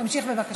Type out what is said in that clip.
תמשיך בבקשה.